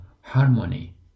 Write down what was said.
harmony